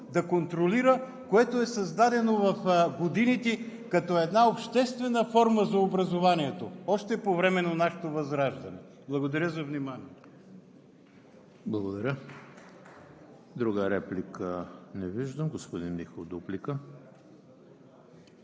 да контролира, което е създадено в годините като една обществена форма за образованието още по време на нашето Възраждане. Благодаря за вниманието. ПРЕДСЕДАТЕЛ ЕМИЛ ХРИСТОВ: Благодаря. Друга реплика? Не виждам. Господин Михов – дуплика.